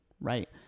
right